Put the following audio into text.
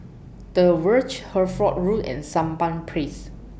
The Verge Hertford Road and Sampan Place